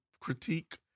critique